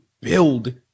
build